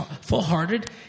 full-hearted